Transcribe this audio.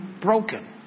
broken